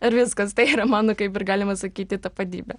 ir viskas tai yra mano kaip ir galima sakyti tapatybė